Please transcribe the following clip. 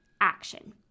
action